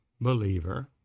believer